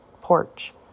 porch